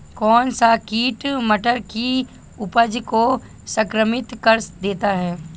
कौन सा कीट मटर की उपज को संक्रमित कर देता है?